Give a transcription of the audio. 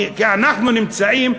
כי אנחנו נמצאים,